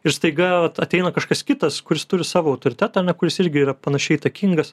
ir staiga ateina kažkas kitas kuris turi savo autoritetą ane kuris irgi yra panašiai įtakingas